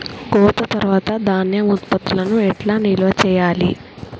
కోత తర్వాత ధాన్యం ఉత్పత్తులను ఎట్లా నిల్వ చేయాలి?